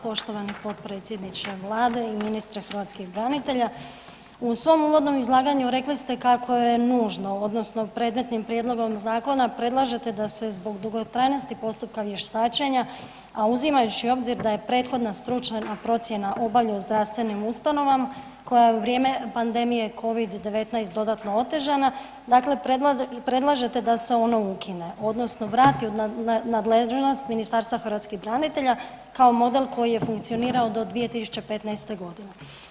Poštovani potpredsjedniče Vlade i ministre hrvatskih branitelja, u svom uvodnom izlaganju rekli ste kako je nužno odnosno predmetnim prijedlogom zakona predlažete da se zbog dugotrajnosti postupka vještačenja, a uzimajući u obzir da je prethodna stručna procjena obavljena u zdravstvenim ustanovama koja u vrijeme pandemije Covid-19 dodatno otežana, dakle predlažete da se ona ukine odnosno vrati u nadležnost Ministarstva hrvatskih branitelja kao model koji je funkcionirao do 2015. godine.